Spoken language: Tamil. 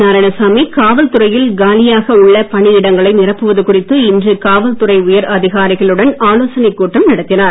நாராயணசாமி காவல் துறையில் காலியாக உள்ள பணியிடங்களை நிரப்புவது குறித்து இன்று காவல் துறை உயர் அதிகாரிகளுடன் ஆலோசனைக் கூட்டம் நடத்தினார்